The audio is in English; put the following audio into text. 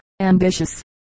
ambitious